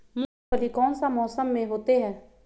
मूंगफली कौन सा मौसम में होते हैं?